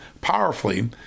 powerfully